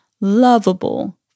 lovable